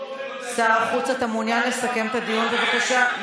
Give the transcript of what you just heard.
שר החוץ, אתה מעוניין לסכם את הדיון, בבקשה?